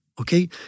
okay